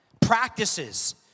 Practices